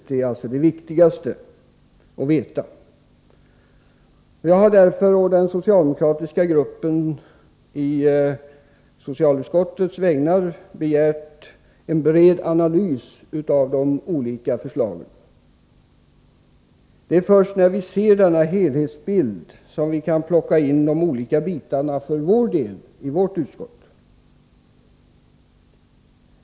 Det är alltså det viktigaste att veta. Jag har därför å den socialdemokratiska gruppens i socialutskottet vägnar begärt en bred analys av de olika förslagen. Det är först när vi ser denna helhetsbild som vi i vårt utskott kan plocka in de olika bitar som vi har att behandla.